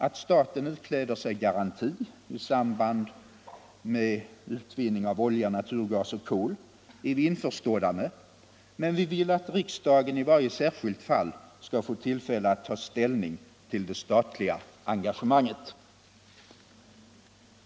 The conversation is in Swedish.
Att staten ikläder sig garanti i samband med utvinning av olja, naturgas och kol är vi införstådda med, men vi vill att riksdagen i varje särskilt fall skall få tillfälle att ta ställning till det statliga engagemanget.